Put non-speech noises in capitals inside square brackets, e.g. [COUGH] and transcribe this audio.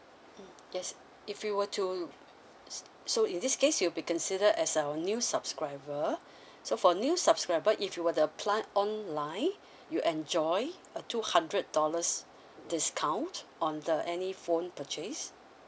mm yes if you were to s~ so in this case you'll be considered as our new subscriber [BREATH] so for new subscriber if you were to apply online [BREATH] you enjoy a two hundred dollars discount on the any phone purchase